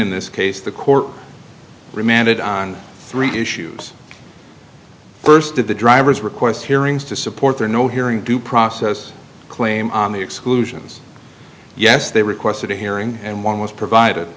in this case the court remanded on three issues first did the drivers request hearings to support their no hearing due process claim on the exclusions yes they requested a hearing and one was provided